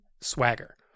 swagger